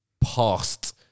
past